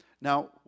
Now